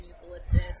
eucalyptus